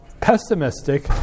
pessimistic